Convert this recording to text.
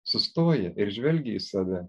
sustoja ir žvelgia į save